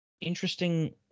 interesting